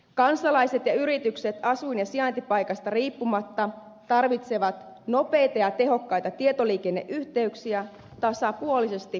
kansalaiset ja yritykset asuin ja sijaintipaikasta riippumatta tarvitsevat nopeita ja tehokkaita tietoliikenneyhteyksiä tasapuolisesti koko maassa